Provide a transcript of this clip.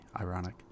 ironic